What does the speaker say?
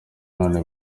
none